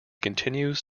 continues